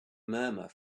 murmur